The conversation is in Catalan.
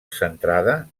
centrada